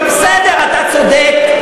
אתה צודק.